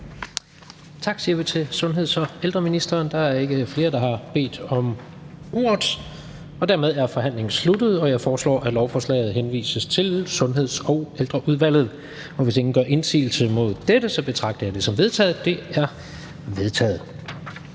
Tak siger vi til sundheds- og ældreministeren. Der er ikke flere, der har bedt om ordet, og dermed er forhandlingen sluttet. Jeg foreslår, at lovforslaget henvises til Sundheds- og Ældreudvalget. Hvis ingen gør indsigelse mod dette, betragter jeg dette som vedtaget. Det er vedtaget.